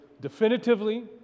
definitively